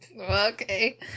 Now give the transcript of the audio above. Okay